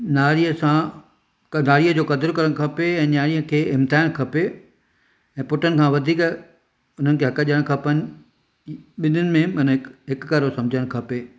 नारीअ सां कढाईअ जो क़दुरु करणु खपे ऐं नियाणीअ खे हिमथायणु खपे ऐं पुटनि खां वधीक हुननि खे हकु ॾियणु खपनि ॿिननि में मनि हिकु करे सम्झणु खपे